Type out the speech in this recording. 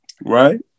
right